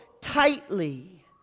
tightly